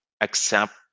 accept